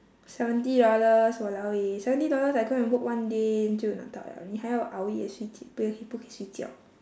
seventy dollars !walao! eh seventy dollars I go and work one day 就能到了你还要熬夜不可以睡觉